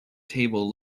table